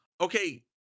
Okay